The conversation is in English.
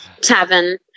tavern